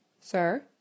Sir